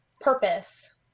purpose